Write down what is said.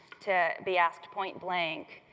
to be asked point-blank,